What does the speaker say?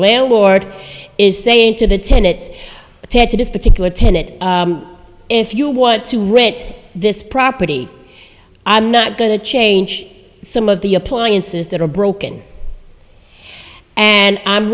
landlord is saying to the tenets attached to this particular tenet if you want to rent this property i'm not going to change some of the appliances that are broken and i'm